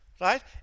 right